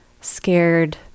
scared